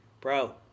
Bro